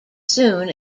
soon